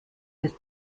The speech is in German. des